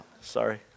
sorry